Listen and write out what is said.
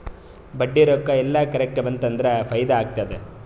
ಬಡ್ಡಿ ರೊಕ್ಕಾ ಎಲ್ಲಾ ಕರೆಕ್ಟ್ ಬಂತ್ ಅಂದುರ್ ಫೈದಾ ಆತ್ತುದ್